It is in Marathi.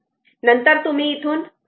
नंतर तुम्ही इथून Im कॉमन घेऊ शकतात